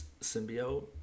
symbiote